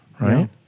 Right